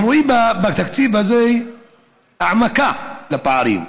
אנחנו רואים בתקציב הזה העמקה בפערים,